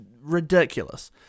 ridiculous